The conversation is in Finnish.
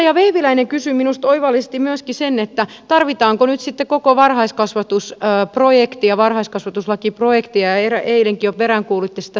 edustaja vehviläinen kysyi minusta oivallisesti sen että tarvitaanko nyt sitten koko varhaiskasvatusprojektia varhaiskasvatuslakiprojektia eilenkin jo peräänkuulutti sitä samaa